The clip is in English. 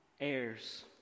heirs